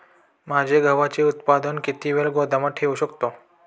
माझे गव्हाचे उत्पादन किती वेळ गोदामात ठेवू शकतो?